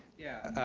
yeah,